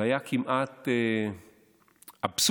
זה היה כמעט אבסורד